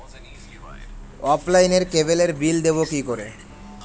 অফলাইনে ক্যাবলের বিল দেবো কি করে?